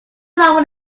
long